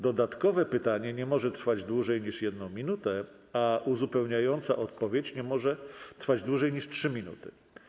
Dodatkowe pytanie nie może trwać dłużej niż 1 minutę, a uzupełniająca odpowiedź nie może trwać dłużej niż 3 minuty.